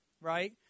right